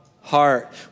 heart